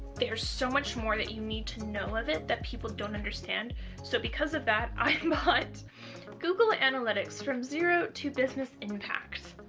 there's so much more that you need to know of it that people don't understand so because of that i bought um but google analytics, from zero to business impacts.